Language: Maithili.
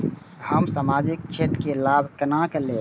हम सामाजिक क्षेत्र के लाभ केना लैब?